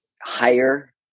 higher